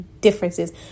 differences